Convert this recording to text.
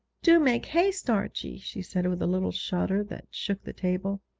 do make haste, archie she said, with a little shudder that shook the table.